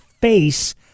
face